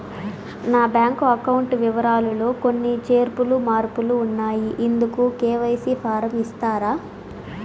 నా bank account వివరాలు లో కొన్ని చేర్పులు మార్పులు ఉన్నాయి, ఇందుకు కె.వై.సి ఫారం ఇస్తారా?